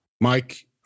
mike